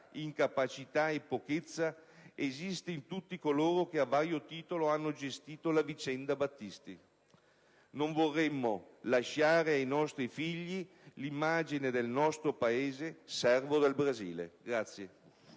incapacità e pochezza esiste in tutti coloro che, a vario titolo, hanno gestito la vicenda Battisti. Non vorremmo lasciare ai nostri figli l'immagine del nostro Paese servo del Brasile.